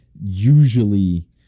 usually